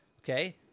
Okay